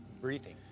briefing